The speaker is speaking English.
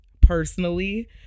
personally